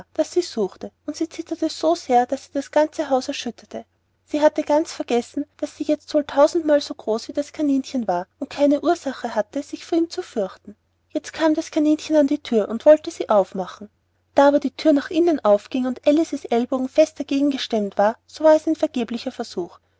das sie suchte und sie zitterte so sehr daß sie das ganze haus erschütterte sie hatte ganz vergessen daß sie jetzt wohl tausend mal so groß wie das kaninchen war und keine ursache hatte sich vor ihm zu fürchten jetzt kam das kaninchen an die thür und wollte sie aufmachen da aber die thür nach innen aufging und alice's ellbogen fest dagegen gestemmt war so war es ein vergeblicher versuch